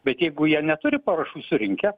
bet jeigu jie neturi parašų surinkę